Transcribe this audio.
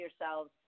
yourselves